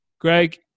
Greg